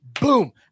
Boom